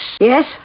Yes